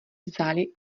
vzali